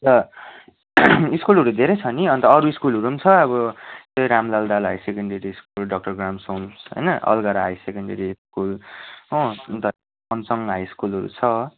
अन्त स्कुलहरू धेरै छ नि अन्त अरू स्कुलहरू पनि छ अब Ramlal Dahal high secondary school doctor Graham's homes होइन अन्त अलगढा हाई सेकेन्डरी स्कुल अन्त मन्सोङ हाई स्कुलहरू छ